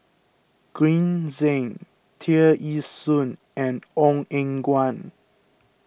Green Zeng Tear Ee Soon and Ong Eng Guan